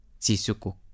jisukuk